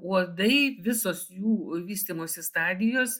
uodai visos jų vystymosi stadijos